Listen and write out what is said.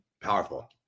powerful